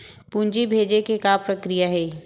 पूंजी भेजे के का प्रक्रिया हे?